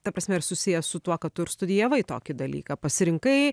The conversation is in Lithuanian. ta prasme ir susiję su tuo kad ir studijavai tokį dalyką pasirinkai